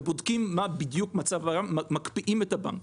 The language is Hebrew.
ובודקים מה בדיוק מצב --- מקפיאים את הבנק.